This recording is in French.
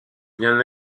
bien